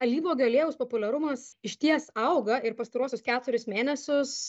alyvuogių aliejaus populiarumas išties auga ir pastaruosius keturis mėnesius